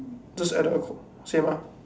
just at the same ah